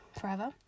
forever